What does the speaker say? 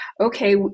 Okay